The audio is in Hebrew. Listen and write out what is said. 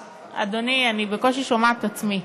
אדוני, אני בקושי שומעת את עצמי.